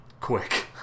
quick